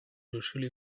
ruszyli